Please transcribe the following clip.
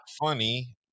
funny